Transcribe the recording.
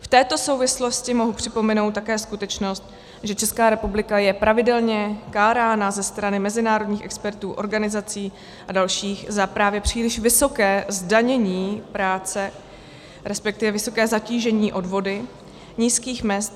V této souvislosti mohu připomenout také skutečnost, že Česká republika je pravidelně kárána ze strany mezinárodních expertů, organizací a dalších za právě příliš vysoké zdanění práce, respektive vysoké zatížení odvody z nízkých mezd.